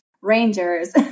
Rangers